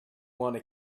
want